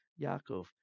yaakov